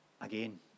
again